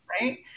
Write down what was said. right